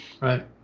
right